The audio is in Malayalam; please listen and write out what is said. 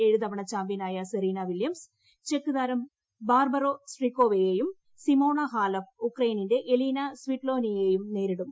ഏഴ് തവണ ചാമ്പ്യനായ സെറീന വില്യംസ് ചെക്ക് താരം ബാർബോറ സ്ട്രിക്കോവയെയും സിമോണ ഹാലപ്പ് ഉക്രൈയിനിന്റെ എലീന സ്വിറ്റോലീനയെയും നേരിടും